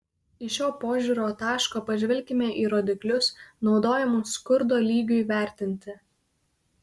iš šio požiūrio taško pažvelkime į rodiklius naudojamus skurdo lygiui vertinti